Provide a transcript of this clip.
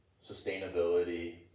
sustainability